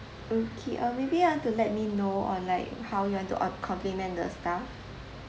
okay uh maybe you want to let me know on like how you want to on compliment the staff